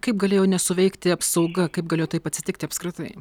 kaip galėjo nesuveikti apsauga kaip galėjo taip atsitikti apskritai